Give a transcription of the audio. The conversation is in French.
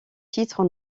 titres